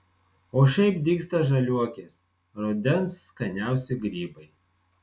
o šiaip dygsta žaliuokės rudens skaniausi grybai